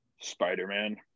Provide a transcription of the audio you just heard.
spider-man